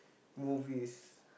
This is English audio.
movies